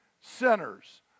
sinners